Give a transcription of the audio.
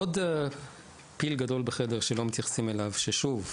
עוד פיל גדול בחדר, שלא מתייחסים אליו, ששוב,